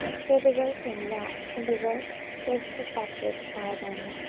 so the workmen wrought, and the work was perfected by them,